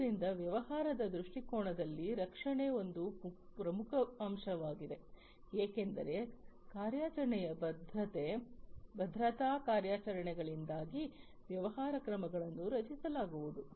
ಆದ್ದರಿಂದ ವ್ಯವಹಾರದ ದೃಷ್ಟಿಕೋನದಲ್ಲಿ ರಕ್ಷಣೆ ಒಂದು ಪ್ರಮುಖ ಅಂಶವಾಗಿದೆ ಏಕೆಂದರೆ ಕಾರ್ಯಾಚರಣೆಯ ಭದ್ರತಾ ಕಾರ್ಯಾಚರಣೆಗಳಿಂದಾಗಿ ವ್ಯವಹಾರ ಕ್ರಮಗಳನ್ನು ರಕ್ಷಿಸಲಾಗುವುದು